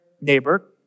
neighbor